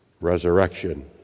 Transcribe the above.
resurrection